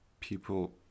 people